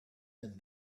and